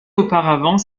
auparavant